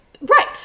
right